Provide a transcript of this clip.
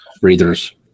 breathers